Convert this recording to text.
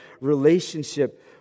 relationship